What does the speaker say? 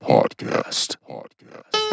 Podcast